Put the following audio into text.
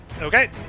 Okay